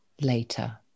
later